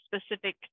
specific